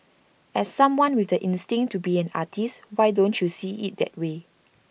as someone with the instinct to be an artist why don't you see IT that way